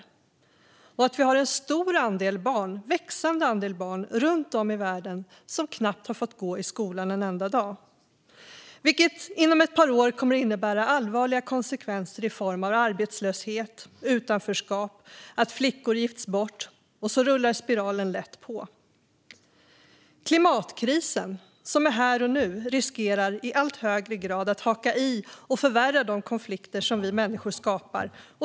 Vi vet att vi har en stor och växande andel barn runt om i världen som knappt har fått gå i skolan en enda dag, vilket inom ett par år kommer att innebära allvarliga konsekvenser i form av arbetslöshet och utanförskap och att flickor gifts bort - och så rullar spiralen lätt på. Klimatkrisen, som är här och nu, riskerar i allt högre grad att haka i och förvärra de konflikter som vi människor skapar.